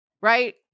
right